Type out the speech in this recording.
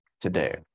today